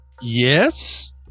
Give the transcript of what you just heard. Yes